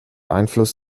einfluss